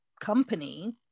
company